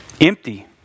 Empty